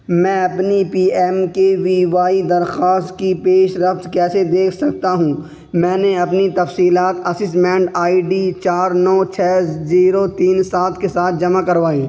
میں اپنی P M K V Y درخواست کی پیش رفت کیسے دیکھ سکتا ہوں میں نے اپنی تفصیلات اسسمنٹ آئی ڈی چار نو چھ زیرو تین سات کے ساتھ جمع کروائیں